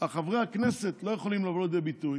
חברי הכנסת לא יכולים לבוא לידי ביטוי